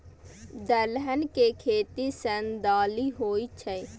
दलहन के खेती सं दालि होइ छै